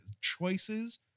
choices